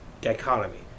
dichotomy